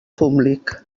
públic